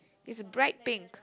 it's bright pink